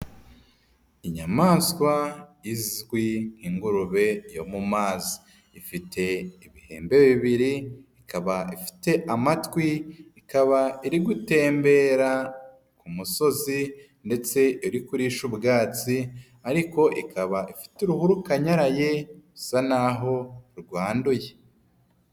Inyamaswa izwi nk'ingurube yo mu mazi. Ifite ibihembe bibiri, ikaba ifite amatwi, ikaba iri gutembera ku musozi ndetse iri kurisha ubwatsi ariko ikaba ifite uruhu rukanyaraye rusa naho rwanduye.